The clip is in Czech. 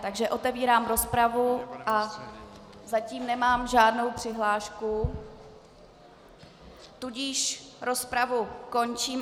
Takže otevírám rozpravu a zatím nemám žádnou přihlášku, tudíž rozpravu končím.